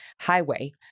highway